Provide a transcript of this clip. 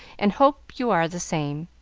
and hope you are the same.